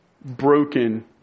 Broken